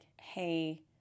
hey